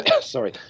sorry